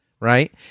Right